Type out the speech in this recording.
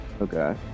Okay